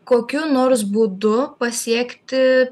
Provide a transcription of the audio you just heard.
kokiu nors būdu pasiekti